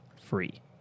free